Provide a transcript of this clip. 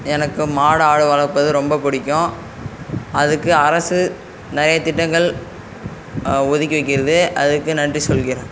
எனக்கு மாடு ஆடு வளர்ப்பது ரொம்ப பிடிக்கும் அதுக்கு அரசு நிறையத் திட்டங்கள் ஒதுக்கி வைக்கிறது அதுக்கு நன்றி சொல்கின்றேன்